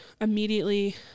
immediately